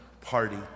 Party